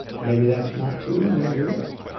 maybe that's not true. maybe it is.